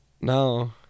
no